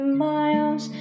miles